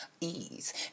ease